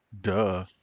Duh